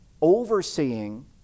overseeing